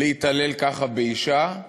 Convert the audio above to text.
להתעלל ככה באישה,